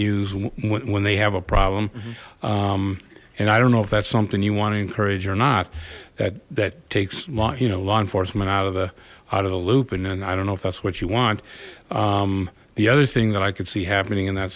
use when they have a problem and i don't know if that's something you want to encourage or not that that takes long you know law enforcement out of the out of the loop and then i don't know if that's what you want the other thing that i could see happening in that